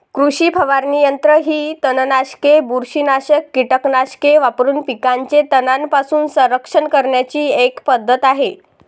कृषी फवारणी यंत्र ही तणनाशके, बुरशीनाशक कीटकनाशके वापरून पिकांचे तणांपासून संरक्षण करण्याची एक पद्धत आहे